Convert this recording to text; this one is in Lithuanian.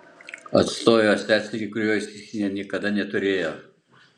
atstojo seserį kurios jis niekada neturėjo